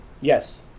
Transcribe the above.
Yes